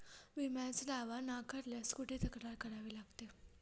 विम्याचा दावा नाकारल्यास कुठे तक्रार करावी लागते?